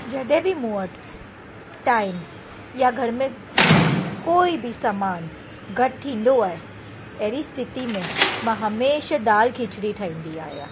जॾहिं बि मूं वटि टाइम या घर में कोई बि सामानु घटि थींदो आहे अहिड़ी स्थिती में मां हमेशा दाल खिचड़ी ठाहींदी आहियां